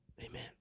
Amen